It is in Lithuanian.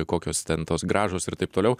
kokios ten tos grąžos ir taip toliau